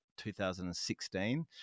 2016